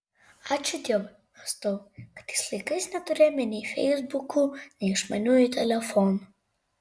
ačiū dievui mąstau kad tais laikais neturėjome nei feisbukų nei išmaniųjų telefonų